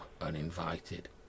uninvited